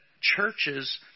churches